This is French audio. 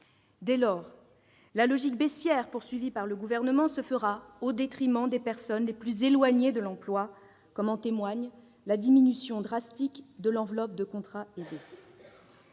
Dès lors, la logique baissière poursuivie par le Gouvernement se fera au détriment des personnes les plus éloignées de l'emploi, comme en témoigne la diminution drastique de l'enveloppe des contrats aidés.